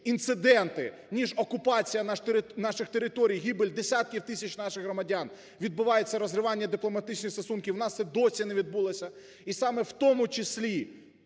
інциденти ніж окупація наших територій, гибель десятки тисяч наших громадян, відбувається розривання дипломатичних стосунків. У нас це досі не відбулося. І саме в тому числі